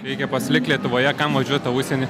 reikia pasilikt lietuvoje kam važiuot į tą užsienį